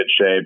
shape